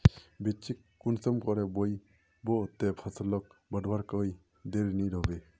बिच्चिक कुंसम करे बोई बो ते फसल लोक बढ़वार कोई देर नी होबे?